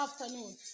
afternoon